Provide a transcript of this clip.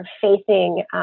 facing